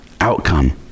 outcome